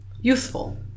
useful